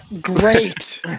Great